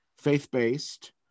faith-based